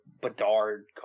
bedard